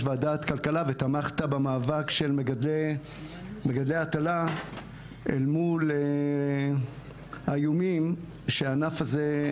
ועדת כלכלה ותמכת במאבק של מגדלי ההטלה אל מול האיומים שהענף הזה,